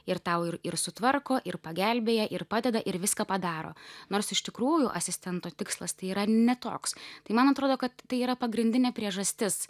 ir tau ir ir sutvarko ir pagelbėja ir padeda ir viską padaro nors iš tikrųjų asistento tikslas tai yra ne toks tai man atrodo kad tai yra pagrindinė priežastis